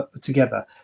together